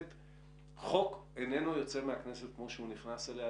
חוק איננו יוצא מהכנסת כמו שהוא נכנס אליה,